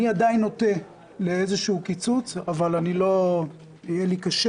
אני עדיין נוטה לאיזשהו קיצוץ אבל יהיה קשה